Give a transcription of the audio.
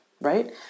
right